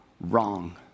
wrong